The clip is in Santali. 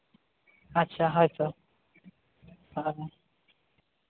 ᱟᱪᱪᱷᱟ ᱦᱳᱭ ᱛᱚ ᱦᱮᱸ